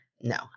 No